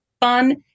fun